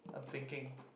thinking